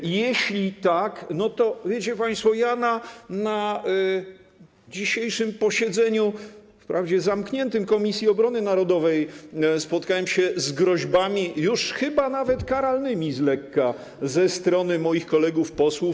I jeśli tak, no to, wiecie państwo, ja na dzisiejszym posiedzeniu - wprawdzie zamkniętym - Komisji Obrony Narodowej spotkałem się z groźbami już chyba nawet karalnymi z lekka ze strony moich kolegów posłów.